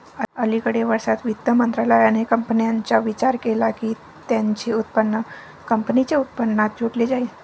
अलिकडे वर्षांत, वित्त मंत्रालयाने कंपन्यांचा विचार केला की त्यांचे उत्पन्न कंपनीच्या उत्पन्नात जोडले जाईल